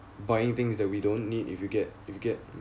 buying things that we don't need if you get if you get